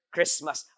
Christmas